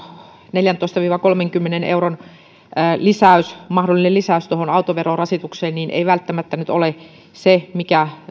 neljäntoista viiva kolmenkymmenen euron mahdollinen lisäys tuohon autoverorasitukseen ei välttämättä nyt ole se mikä